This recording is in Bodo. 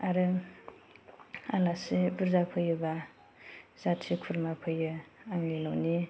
आरो आलासि बुरजा फैयोबा जाथि खुर्मा फैयो आंनि न'नि